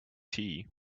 tea